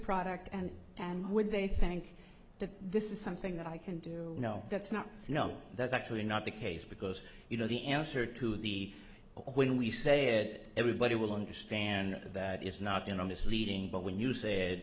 product and and when they think that this is something that i can do no that's not that's actually not the case because you know the answer to the when we say it everybody will understand that it's not in on this leading but when you said